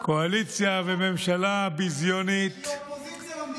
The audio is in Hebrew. קואליציה וממשלה ביזיונית, שהיא אופוזיציה למדינה.